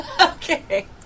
Okay